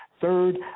third